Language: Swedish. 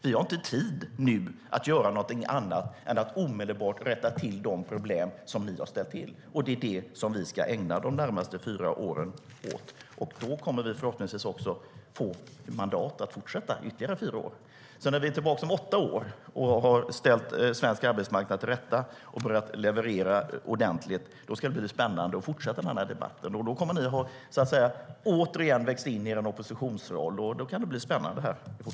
Vi har inte tid att göra någonting annat nu än att omedelbart rätta till de problem som ni har ställt till, och det är det som vi ska ägna de närmaste fyra åren åt. Då kommer vi förhoppningsvis också att få mandat att fortsätta i ytterligare fyra år, och när vi sedan är tillbaka om åtta år och har ställt svensk arbetsmarknad till rätta och börjat leverera ordentligt ska det bli spännande att fortsätta den här debatten. Då kommer ni att återigen ha växt in i er oppositionsroll, och då kan det bli spännande här.